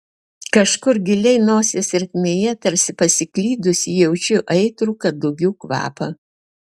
kažkur giliai nosies ertmėje tarsi pasiklydusį jaučiu aitrų kadugių kvapą